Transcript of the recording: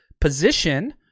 position